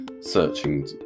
searching